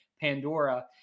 Pandora